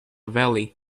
valley